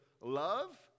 love